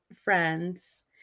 friends